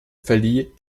verlieh